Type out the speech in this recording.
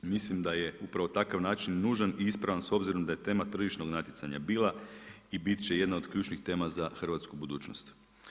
Mislim da je upravo takav način nužan i ispravan s obzirom da je tema tržišnog natjecanja bila i bit će jedna od ključnih tema za hrvatsku budućnost.